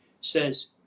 says